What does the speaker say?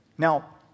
Now